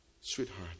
Sweetheart